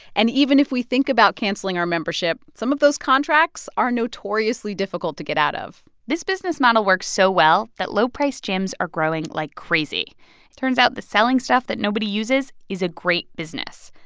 and even if we think about canceling our membership, some of those contracts are notoriously difficult to get out of this business model works so well that low-priced gyms are growing like crazy. it turns out that selling stuff that nobody uses is a great business.